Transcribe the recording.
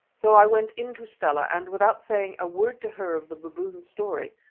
so i went in to stella, and without saying a word to her of the baboon story,